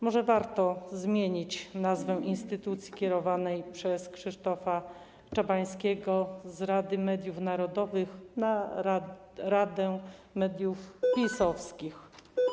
Może warto zmienić nazwę instytucji kierowanej przez Krzysztofa Czabańskiego z Rady Mediów Narodowych na Radę Mediów Pisowskich?